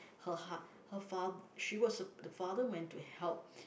her ha~ her fa~ she was the father went to help